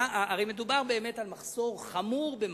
הרי באמת מדובר על מחסור חמור במים,